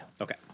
Okay